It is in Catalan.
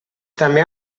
també